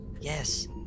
Yes